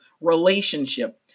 relationship